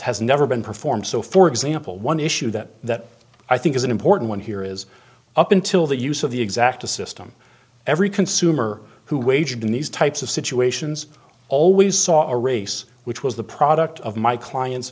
has never been performed so for example one issue that i think is an important one here is up until the use of the exacta system every consumer who waged in these types of situations always saw a race which was the product of my client